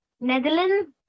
Netherlands